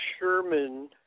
Sherman